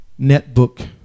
netbook